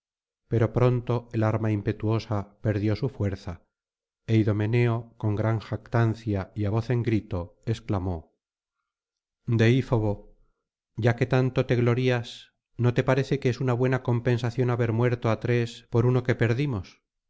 pero pronto el arma impetuosa perdió su fuerza e idomeneo con gran jactancia y á voz en grito esclamó deífobo ya que tanto te glorías no te parece que es una buena compensación haber muerto á tres por uno que perdimos